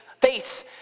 Face